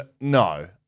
no